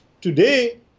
Today